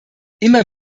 immer